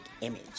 Image